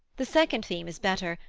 the second theme is better,